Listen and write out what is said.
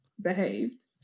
...behaved